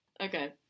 Okay